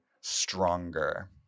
stronger